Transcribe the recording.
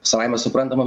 savaime suprantama